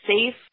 safe